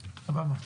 סבבה.